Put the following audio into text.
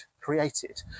created